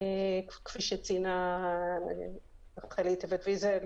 כפי שציינה רחלי טבת ויזל,